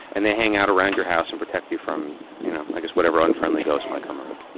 and they hang out around your house and protect you from you know i guess whatever unfriendly ghost might come around,